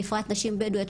בפרט נשים בדואיות,